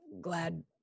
Glad